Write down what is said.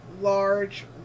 large